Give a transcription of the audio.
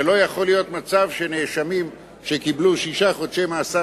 ולא יכול להיות מצב שנאשמים שקיבלו שישה חודשי מאסר